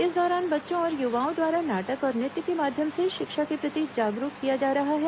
इस दौरान बच्चों और युवाओं द्वारा नाटक और नृत्य के माध्यम से शिक्षा के प्रति जागरूक किया जा रहा है